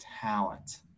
talent